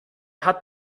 hat